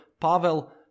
Pavel